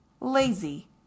lazy